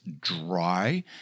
dry